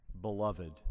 beloved